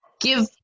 give